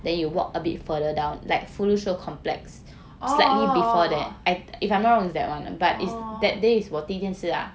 oh oh